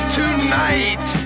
tonight